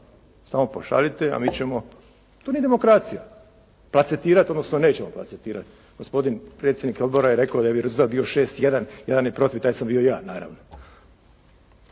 Samo pošaljite, a mi ćemo, to nije demokracija placetirati, odnosno nećemo placetirati, gospodin predsjednik odbora je rekao da je rezultat bio 6:1, jedan je protiv, taj sam bio ja, naravno.